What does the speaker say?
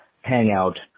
hangout